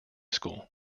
school